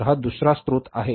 तर हा दुसरा स्रोत आहे